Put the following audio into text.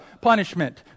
punishment